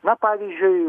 na pavyzdžiui